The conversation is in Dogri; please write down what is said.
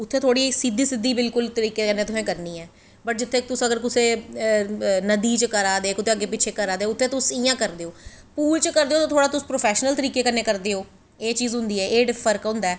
उत्थें सिद्दी सिध्दी तुसें तरीके कन्नैं करनी ऐ बट जित्थें अगर तुस कुतै नदी च करा दे ओ कुतै अग्गैं पिच्छें करा दे ओ उत्थें तुस इयां करदे ओ पूल च करदे ओ ते तुस थोह्ड़ा प्रोफैशनल तरीके कन्नैं करदे ओ एह् चीज़ होंदी ऐ एह् फर्क होंदा ऐ